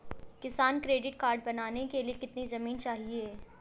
किसान credit card बनाने के लिए कितनी जमीन चाहिए?